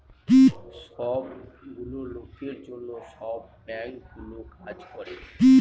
সব গুলো লোকের জন্য সব বাঙ্কগুলো কাজ করে